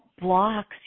blocks